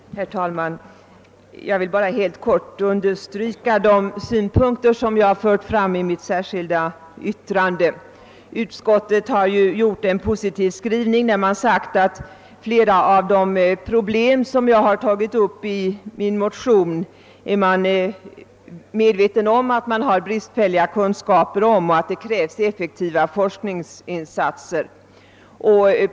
Herr talman! Jag vill här bara helt kort understryka de synpunkter jag fört fram i det särskilda yttrande som jag fogat till allmänna beredningsutskottets förevarande utlåtande. Utskottet, som har skrivit positivt, framhåller att man har bristfälliga kunskaper om flera av de problem som jag tagit upp i min motion, och man säger att det krävs effektiva forskningsinsatser på detta område.